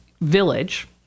village